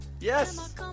Yes